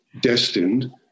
destined